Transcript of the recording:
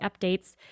updates